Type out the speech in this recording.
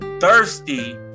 thirsty